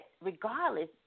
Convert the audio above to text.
regardless